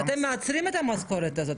אתם מייצרים את המשכורת הזאת,